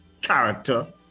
character